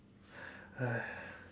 !aiya!